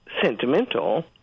sentimental